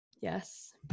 yes